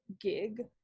gig